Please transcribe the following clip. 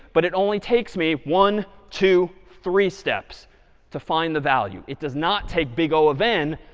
but it only takes me one, two, three steps to find the value. it does not take big o of n,